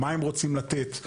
מה הם רוצים לתת,